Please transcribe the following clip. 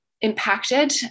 impacted